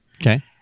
Okay